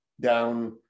down